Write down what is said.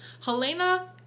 Helena